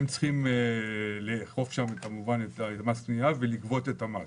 הם צריכים לאכוף את החוק שם ולגבות את המס.